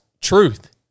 truth